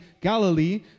Galilee